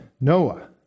Noah